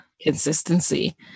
Consistency